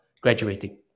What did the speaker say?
graduating